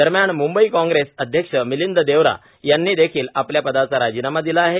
दरम्यान म्बई काँग्रेसचे अध्यक्ष मिलिंद देओरा यांनी देखील आपल्या पदाचा राजीनामा दिला आहे